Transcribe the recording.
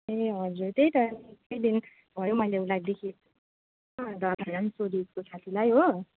ए हजुर त्यही त निकै दिन भयो मैले उसलाई देखे अन्त सोधेँ उसको साथीलाई हो